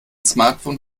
smartphone